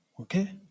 Okay